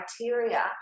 criteria